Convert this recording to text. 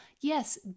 Yes